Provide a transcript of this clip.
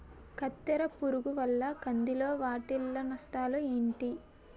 కత్తెర పురుగు వల్ల కంది లో వాటిల్ల నష్టాలు ఏంటి